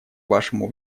вашему